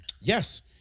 Yes